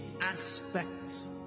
aspects